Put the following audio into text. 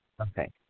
Okay